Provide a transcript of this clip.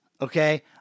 Okay